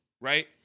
Right